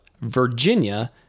Virginia